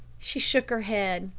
she shook her head.